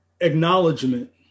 acknowledgement